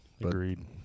Agreed